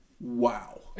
wow